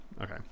okay